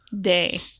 day